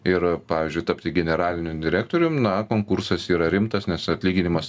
ir pavyzdžiui tapti generaliniu direktorium na konkursas yra rimtas nes atlyginimas